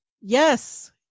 Yes